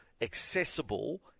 accessible